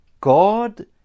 God